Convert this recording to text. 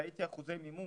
ראיתי אחוזי מימוש,